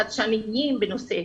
חדשניים בנושא,